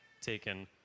taken